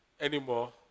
anymore